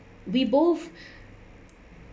we both